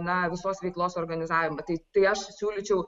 na visos veiklos organizavimą tai tai aš siūlyčiau